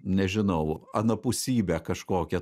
nežinau anapusybe kažkokia